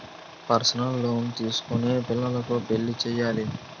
personal loan తీసుకొని పిల్లకు పెళ్లి చేయాలి